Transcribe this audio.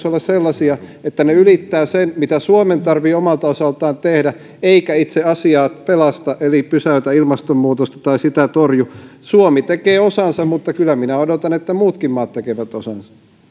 olla sellaisia että ne ylittävät sen mitä suomen tarvitsee omalta osaltaan tehdä eivätkä itse asiaa pelasta eli pysäytä ilmastonmuutosta tai sitä torju suomi tekee osansa mutta kyllä minä odotan että muutkin maat tekevät osansa